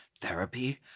therapy